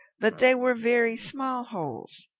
but they were very small holes.